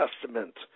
testament